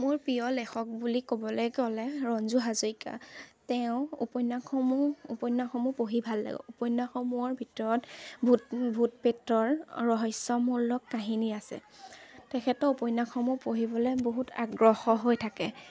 মোৰ প্ৰিয় লেখক বুলি ক'বলে গ'লে ৰঞ্জু হাজৰিকা তেওঁ উপন্যাসসমূহ উপন্যাসসমূহ পঢ়ি ভাল লাগে উপন্যাসসমূহৰ ভিতৰত ভূত ভূত প্ৰেতৰ ৰহস্যমূল্যক কাহিনী আছে তেখেতৰ উপন্যাসসমূহ পঢ়িবলে বহুত আগ্ৰহ হৈ থাকে